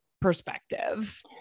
perspective